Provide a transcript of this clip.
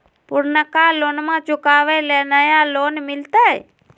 पुर्नका लोनमा चुकाबे ले नया लोन मिलते?